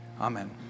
Amen